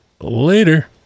later